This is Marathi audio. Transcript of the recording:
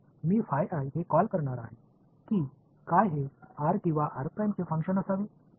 तर मी हे कॉल करणार आहे की काय हे r किंवा r' चे फंक्शन असावे